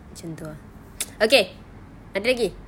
macam itu ah okay ada lagi